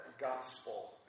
gospel